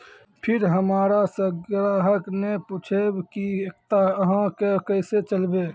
फिर हमारा से ग्राहक ने पुछेब की एकता अहाँ के केसे चलबै?